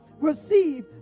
receive